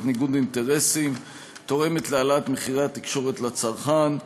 ניגוד אינטרסים ותורמת להעלאת מחירי התקשורת לצרכן,